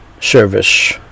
service